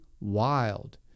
wild